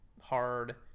hard